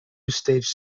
stage